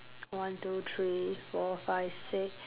one two three four five six